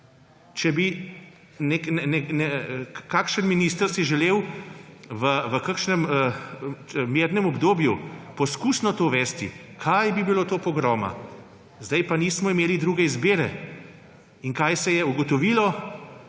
Če bi si kakšen minister želel v kakšnem mirnem obdobju poskusno to uvesti, kaj bi bilo to pogroma. Zdaj pa nismo imeli druge izbire. In kaj se je ugotovilo?